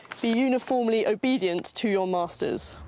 be uniformly obedient to your masters.